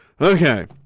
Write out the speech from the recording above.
Okay